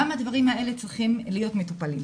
גם הדברים האלה צריכים להיות מטופלים.